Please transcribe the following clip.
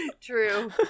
True